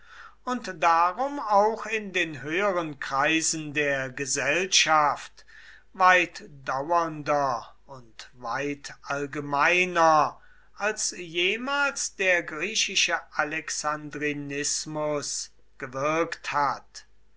und darum auch in den höheren kreisen der gesellschaft weit dauernder und weit allgemeiner als jemals der griechische alexandrinismus gewirkt hat